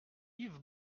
yves